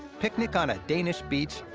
picnic on a danish beach,